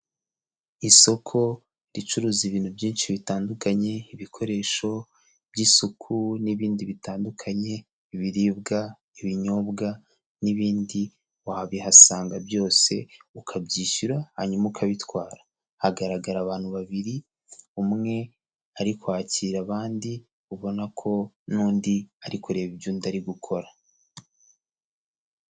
Isoko ricuruza ibintu byinshi bitandukanye, ibikoresho by'isuku n'ibindi bitandukanye, ibibwa, ibinyobwa n'ibindi wabihasanga byose ukabyishyura hanyuma ukabitwara, hagaragara abantu babiri umwe ari kwakira abandi ubona ko n'undi ari kureba ibyo undi ari gukora.